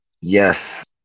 Yes